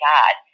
God